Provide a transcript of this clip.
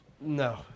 No